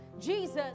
Jesus